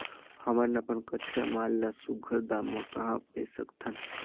हमन अपन कच्चा माल ल सुघ्घर दाम म कहा बेच सकथन?